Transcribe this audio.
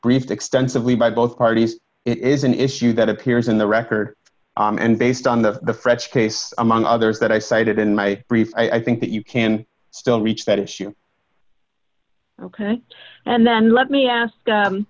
briefed extensively by both parties it is an issue that appears in the record and based on the french case among others that i cited in my brief i think that you can still reach that issue ok and then let me ask